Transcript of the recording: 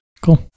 Cool